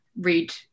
read